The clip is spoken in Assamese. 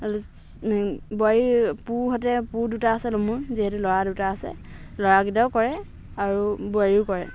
বোৱাৰী পোহঁতে পো দুটা আছেতো মোৰ যিহেতু ল'ৰা দুটা আছে ল'ৰাকেইটায়েও কৰে আৰু বোৱাৰীয়েও কৰে